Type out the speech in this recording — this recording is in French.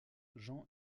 jean